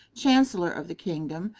chancellor of the kingdom,